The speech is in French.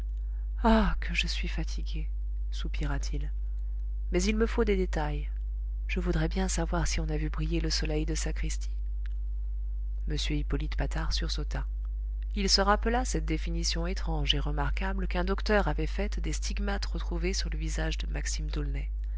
ah que je suis fatigué soupira-t-il mais il me faut des détails je voudrais bien savoir si on a vu briller le soleil de sacristie m hippolyte patard sursauta il se rappela cette définition étrange et remarquable qu'un docteur avait faite des stigmates retrouvés sur le visage de maxime